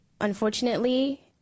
Unfortunately